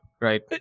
right